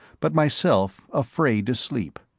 but myself afraid to sleep.